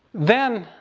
then